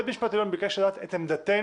בית המשפט העליון ביקש לדעת את עמדתנו